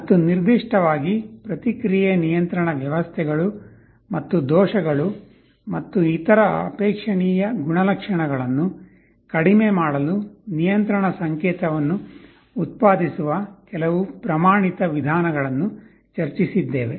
ಮತ್ತು ನಿರ್ದಿಷ್ಟವಾಗಿ ಪ್ರತಿಕ್ರಿಯೆ ನಿಯಂತ್ರಣ ವ್ಯವಸ್ಥೆಗಳು ಮತ್ತು ದೋಷಗಳು ಮತ್ತು ಇತರ ಅಪೇಕ್ಷಣೀಯ ಗುಣಲಕ್ಷಣಗಳನ್ನು ಕಡಿಮೆ ಮಾಡಲು ನಿಯಂತ್ರಣ ಸಂಕೇತವನ್ನು ಉತ್ಪಾದಿಸುವ ಕೆಲವು ಪ್ರಮಾಣಿತ ವಿಧಾನಗಳನ್ನು ಚರ್ಚಿಸಿದ್ದೇವೆ